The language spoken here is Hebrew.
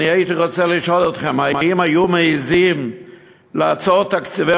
הייתי רוצה לשאול אתכם: האם היו מעזים לעצור תקציבי